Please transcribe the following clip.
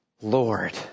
Lord